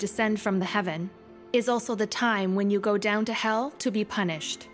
descend from the heaven is also the time when you go down to hell to be punished